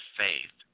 faith